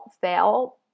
fail